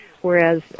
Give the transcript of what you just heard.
whereas